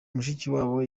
mushikiwabo